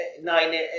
nine